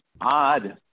odd